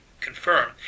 confirm